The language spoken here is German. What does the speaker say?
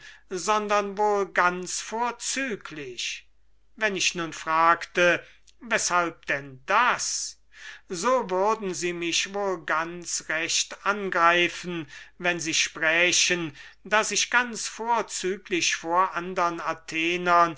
sondern wohl ganz vorzüglich wenn ich nun fragte weshalb denn das so würden sie mich wohl ganz recht angreifen wenn sie sprächen daß ich ganz vorzüglich vor andern athenern